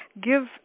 Give